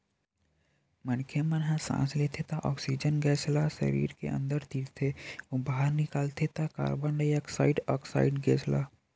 मनखे मन ह सांस लेथे त ऑक्सीजन गेस ल सरीर के अंदर तीरथे अउ बाहिर निकालथे त कारबन डाईऑक्साइड ऑक्साइड गेस ल